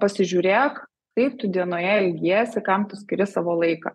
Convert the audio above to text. pasižiūrėk kaip tu dienoje elgiesi kam tu skiri savo laiką